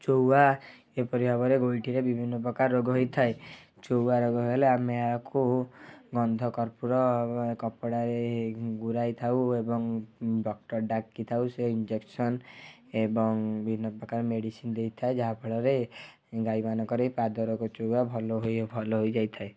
ଚଉୱା ଏପରି ଭାବରେ ଗୋଇଁଠିରେ ବିଭିନ୍ନ ପ୍ରକାରର ରୋଗ ହୋଇଥାଏ ଚଉୱା ରୋଗ ହେଲେ ଆମେ ଏହାକୁ ଗନ୍ଧକର୍ପୂର କପଡ଼ାରେ ଗୁଡ଼ାଇ ଥାଉ ଏବଂ ଡ଼କ୍ଟର୍ ଡ଼ାକି ଥାଉ ସେ ଇଞ୍ଜେକସନ୍ ଏବଂ ବିଭିନ୍ନ ପ୍ରକାର ମେଡ଼ିସିନ୍ ଦେଇଥାଏ ଯାହା ଫଳରେ ଗାଈମାନଙ୍କରେ ପାଦ ରୋଗ ଚଉୱା ଭଲ ହୋଇ ଭଲ ହୋଇଯାଇଥାଏ